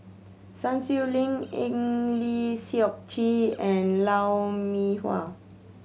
Sun Xueling Eng Lee Seok Chee and Lou Mee Wah